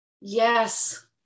Yes